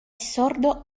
sordo